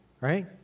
right